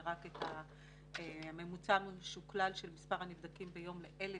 זה רק את הממוצע המשוקלל של מספר הנבדקים ביום ל-1,000,